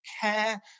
care